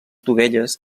dovelles